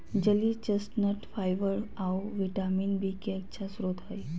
जलीय chestnut fibre आऊ vitamin B के अच्छा स्रोत हइ